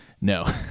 No